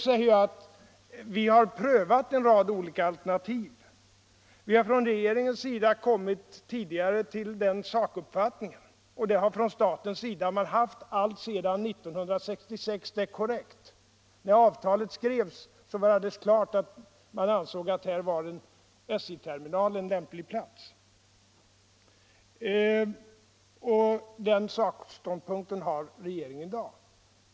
Det har prövats en rad alternativ, och vi har i regeringen kommit fram till en sakuppfattning, som man från statens sida haft allt sedan 1966 —- det är en korrekt beskrivning. När avtalet skrevs var man alldeles bestämd i sin uppfattning att här i Solna fanns det en lämplig plats för SJ-terminalen. Den sakståndpunkten har regeringen också i dag.